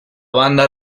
banda